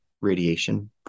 radiation